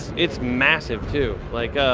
it's massive too. like,